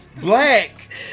Black